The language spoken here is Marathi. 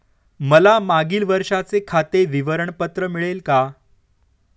मला मागील वर्षाचे खाते विवरण पत्र मिळेल का?